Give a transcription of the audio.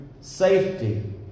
safety